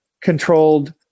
controlled